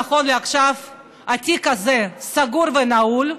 נכון לעכשיו התיק הזה סגור ונעול.